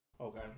Okay